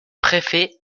préfet